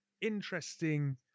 interesting